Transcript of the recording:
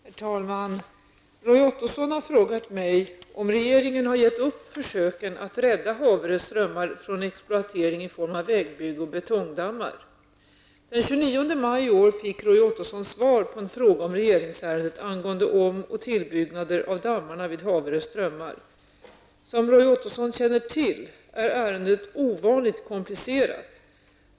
Herr talman! Roy Ottosson har frågat mig om regeringen har gett upp försöken att rädda Haverö Den 29 maj i år fick Roy Ottosson svar på en fråga om regeringsärendet angående om och tillbyggnader av dammarna vid Haverö Strömmar. Som Roy Ottosson känner till är ärendet ovanligt komplicerat.